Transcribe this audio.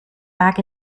back